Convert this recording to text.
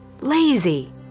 lazy